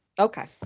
Okay